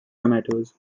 tomatoes